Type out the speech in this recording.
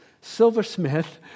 silversmith